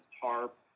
TARP